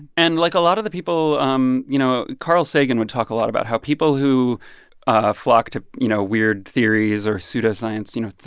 and, like, a lot of the people um you know, carl sagan would talk a lot about how people who ah flock to, you know, weird theories or pseudoscience, you know,